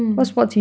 mm